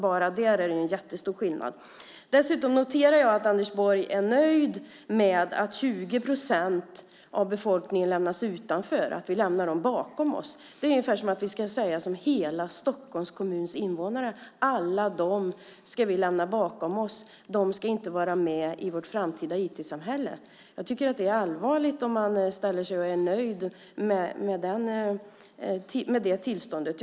Bara där är det en jättestor skillnad. Dessutom noterar jag att Anders Borg är nöjd med att 20 procent av befolkningen lämnas utanför, att vi lämnar dem bakom oss. Det är ungefär lika mycket som hela Stockholms kommuns invånare. Alla dem ska vi lämna bakom oss. De ska inte vara med i vårt framtida IT-samhälle. Jag tycker att det är allvarligt om man ställer sig och är nöjd med det tillståndet.